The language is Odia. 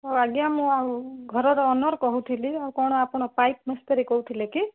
ହଉ ଆଜ୍ଞା ମୁଁ ଆଉ ଘରର ଓନର୍ କହୁଥିଲି ଆଉ କ'ଣ ଆପଣ ପାଇପ୍ ମିସ୍ତ୍ରୀ କହୁଥିଲେ କି